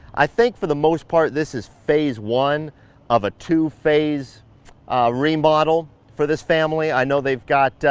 i think for the most part, this is phase one of a two phase, ah remodel, for this family. i know they've got